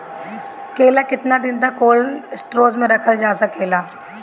केला केतना दिन तक कोल्ड स्टोरेज में रखल जा सकेला?